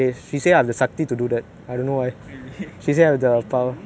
eh I know here temple chairman